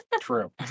True